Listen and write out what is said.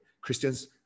Christians